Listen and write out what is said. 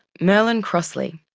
merlin crossley,